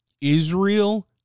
Israel